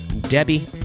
Debbie